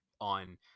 on